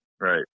right